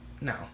No